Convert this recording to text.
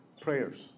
prayers